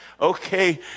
okay